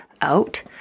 out